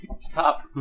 Stop